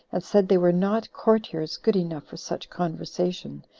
and said they were not courtiers good enough for such conversation,